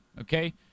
okay